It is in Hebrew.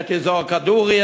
את אזור "כדורי",